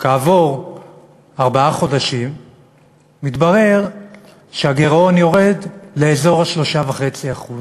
כעבור ארבעה חודשים מתברר שהגירעון יורד לאזור ה-3.5%.